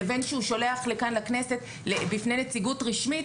לבין שהוא שולח לכאן לכנסת בפני נציגות רשמית